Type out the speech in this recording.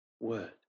word